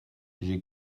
j’ai